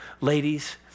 ladies